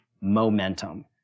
momentum